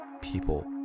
people